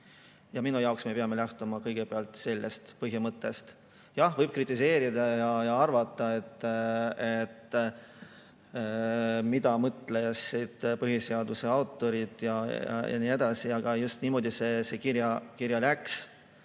Minu arvates me peame lähtuma kõigepealt sellest põhimõttest. Jah, võib kritiseerida ja arvata, mida mõtlesid põhiseaduse autorid ja nii edasi, aga just niimoodi see kirja läks.